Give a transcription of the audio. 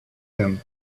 him